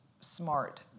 smart